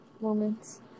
moments